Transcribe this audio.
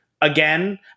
again